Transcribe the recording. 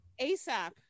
ASAP